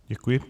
Děkuji.